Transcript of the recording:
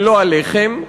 ולא הלחם.